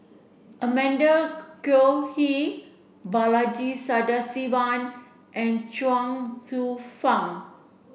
Amanda Koe Lee Balaji Sadasivan and Chuang Hsueh Fang